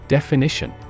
Definition